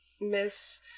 Miss